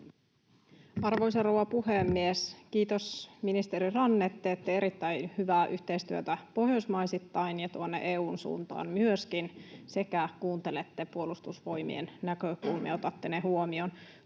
Arvoisa rouva puhemies! Kiitos, ministeri Ranne, teette erittäin hyvää yhteistyötä pohjoismaisittain ja tuonne EU:n suuntaan myöskin sekä kuuntelette Puolustusvoimien näkökulmia ja otatte ne huomioon.